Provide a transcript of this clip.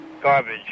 Garbage